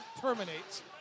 terminates